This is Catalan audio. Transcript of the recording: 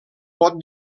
pot